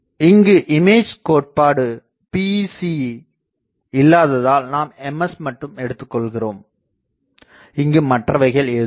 இங்கு இமேஜ் கோட்பாடுபடி PEC இல்லாததால் நாம் Ms மட்டுமே எடுத்துகொள்கிறோம் இங்கு மற்றவைகள் ஏதுமில்லை